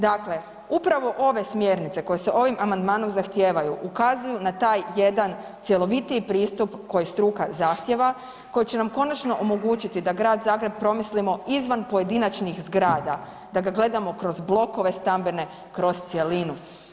Dakle, upravo ove smjernice koje se ovim amandmanom zahtijevaju ukazuju na taj jedan cjelovitiji pristup koji struka zahtijeva koji će nam konačno omogućiti da Grad Zagreb promislimo izvan pojedinačnih zgrada da ga gledamo kroz blokove stambene kroz cjelinu.